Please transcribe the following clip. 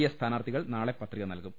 A സ്ഥാനാർത്ഥികൾ നാളെ പത്രിക നൽകും